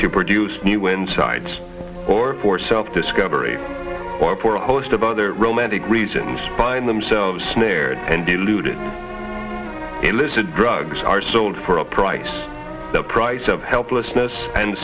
to produce new wind sides or for self discovery or for a host of other romantic reasons find themselves snared and diluted illicit drugs are sold for a price the price of helplessness and